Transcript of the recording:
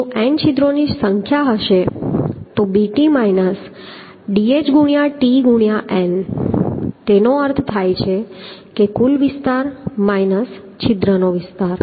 જો n છિદ્રોની સંખ્યા હશે તો bt ˗ dh ✕ t ✕ n તેનો અર્થ એ થાય કે કુલ વિસ્તાર માઈનસ છિદ્ર વિસ્તાર